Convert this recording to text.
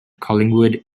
collingwood